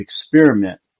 experiment